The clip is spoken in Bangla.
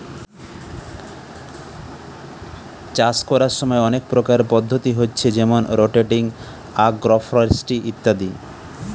চাষ কোরার সময় অনেক প্রকারের পদ্ধতি হচ্ছে যেমন রটেটিং, আগ্রফরেস্ট্রি ইত্যাদি